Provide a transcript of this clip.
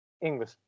English